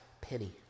penny